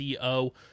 Co